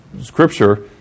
scripture